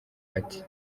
ati